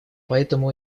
поэтому